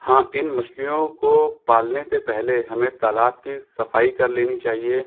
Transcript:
हाँ इन मछलियों को पालने से पहले हमें तालाब की सफ़ाई कर लेनी चाहिए